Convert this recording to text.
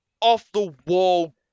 off-the-wall